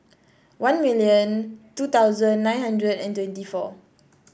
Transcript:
one million two thousand nine hundred and twenty four